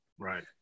Right